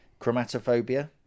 Chromatophobia